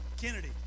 Kennedy